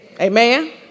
Amen